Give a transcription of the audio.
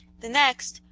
the next,